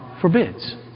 forbids